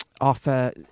offer